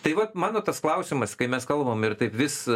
tai vat mano tas klausimas kai mes kalbam ir taip vis